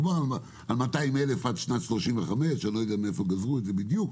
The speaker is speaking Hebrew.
דובר על 200,000 עד שנת 2035. אני לא יודע מאיפה גזרו את זה בדיוק.